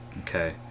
Okay